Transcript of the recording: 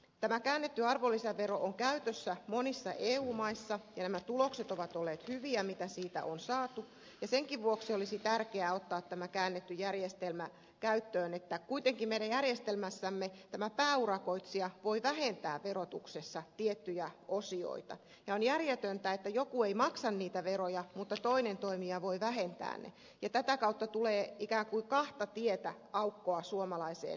tämä käännetty arvonlisävero on käytössä monissa eu maissa ja nämä tulokset ovat olleet hyviä mitä siitä on saatu ja senkin vuoksi olisi tärkeää ottaa tämä käännetty järjestelmä käyttöön koska kuitenkin meidän järjestelmässämme tämä pääurakoitsija voi vähentää verotuksessa tiettyjä osioita ja on järjetöntä että joku ei maksa niitä veroja mutta toinen toimija voi vähentää ne ja tätä kautta tulee ikään kuin kahta tietä aukkoa suomalaiseen veropohjaan